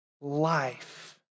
life